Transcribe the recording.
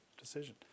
decision